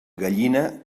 gallina